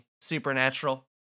supernatural